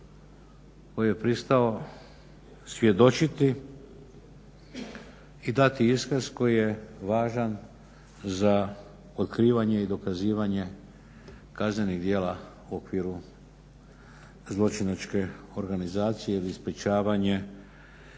koji je pristao svjedočiti i dati iskaz koji je važan za otkrivanje i dokazivanje kaznenih djela u okviru zločinačke organizacije i sprečavanje